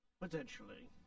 Potentially